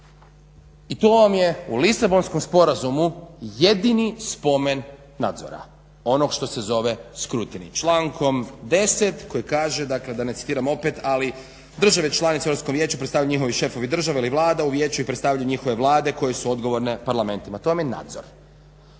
I to vam je u Lisabonskom sporazumu jedini spomen nadzora onog što se zove …/Govornik se ne razumije./… Člankom 10. koji kaže, dakle da ne citiram opet, ali države članice u Europskom vijeću predstavljaju njihovi šefovi država ili vlada u Vijeću i predstavljaju njihove vlade koje su odgovorne parlamentima. To vam je nadzor.